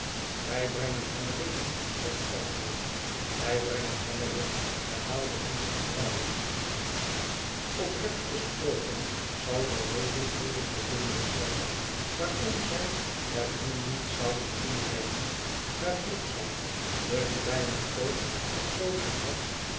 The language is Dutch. wij brengen hem er in zegt twemlow wij brengen hem er in herhalen boots en brouwer oprecht gesproken zou de reden moeilijk te vinden zijn waarom zij er hem niet zouden inbrengen daar broekzak den kleinen koop gesloten had